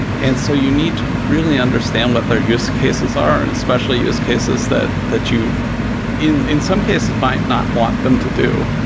and so you need to really understand what their use cases are, and especially use cases that that you in in some case, might not want them to do.